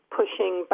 pushing